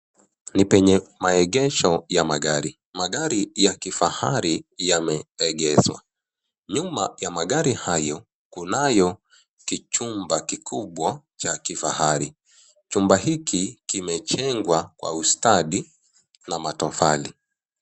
Ni penye maegesho ya magari. Magari ya kifahari yameegeshwa. Nyuma ya magari hayo kuna kichumba kikubwa cha kifahari. Chumba hiki kimejengwa kwa ustadi na matofali.